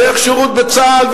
דרך שירות בצה"ל,